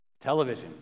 Television